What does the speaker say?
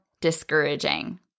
discouraging